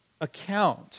account